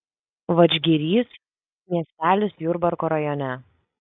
vadžgirys miestelis jurbarko rajone